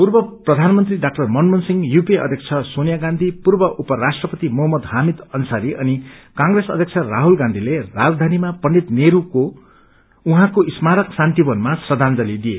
पूर्व प्रधानमन्त्री डा मनमोहन सिंह यपीए अध्यक्ष सोनिया गाँथी पूर्व उप राष्ट्रपति मोहमम्मद हामिद अन्सारी अनि कंग्रेस अध्यक्ष राहुल गाँचीले राजघानीमा पण्डित नेहस्लाई उहाँको स्मारक शान्ति वनमा श्रखांजलि दिए